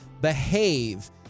behave